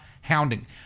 hounding